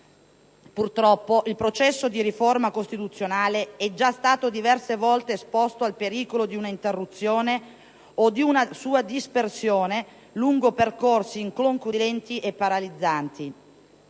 Purtroppo, il processo di riforma costituzionale è già stato diverse volte esposto al pericolo di un'interruzione o di una dispersione lungo percorsi inconcludenti e paralizzanti.